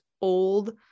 old